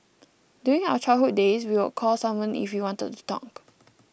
during our childhood days we would call someone if we wanted to talk